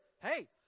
hey